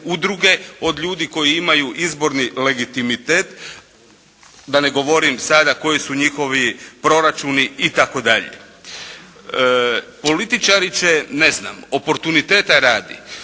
udruge od ljudi koji imaju izborni legitimitet, da ne govorim sada koji su njihovi proračuni itd. Političari će, ne znam oportuniteta radi,